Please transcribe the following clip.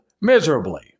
miserably